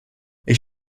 ich